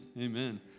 amen